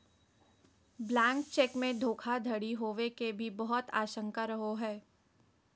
blank cheque मे धोखाधडी होवे के भी बहुत आशंका रहो हय